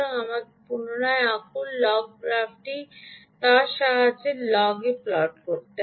সুতরাং আমাকে পুনরায় আঁকুন লগ গ্রাফটি তারা সাধারণত লগ এ প্লট করে